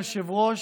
אדוני היושב-ראש,